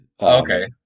Okay